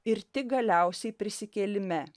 ir tik galiausiai prisikėlime